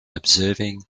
observing